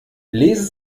lesen